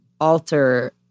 alter